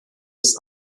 des